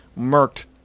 murked